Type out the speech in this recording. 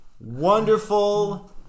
wonderful